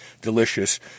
delicious